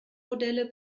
modelle